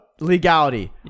Legality